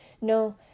no